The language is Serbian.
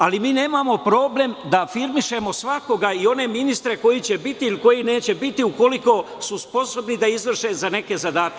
Ali mi nemamo problem da afirmišemo svakoga, i one ministre koji će biti ili koji neće biti ukoliko su sposobni da izvrše neke zadatke.